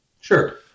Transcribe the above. Sure